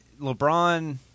LeBron –